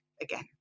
again